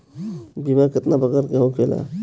बीमा केतना प्रकार के होखे ला?